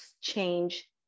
change